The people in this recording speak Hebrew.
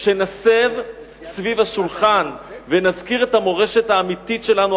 כשנסב סביב השולחן ונזכיר את המורשת האמיתית שלנו,